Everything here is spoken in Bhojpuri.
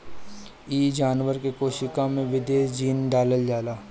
इ जानवर के कोशिका में विदेशी जीन डालल जाला